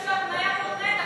שיש לו תגובה מותנית,